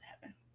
heaven